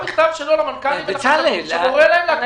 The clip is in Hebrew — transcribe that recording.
יצא מכתב שלו למנכ"לים במשרדי הממשלה שקורא להם להקפיא.